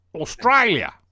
Australia